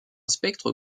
spectre